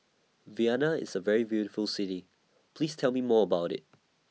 Vienna IS A very beautiful City Please Tell Me More about IT